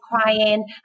crying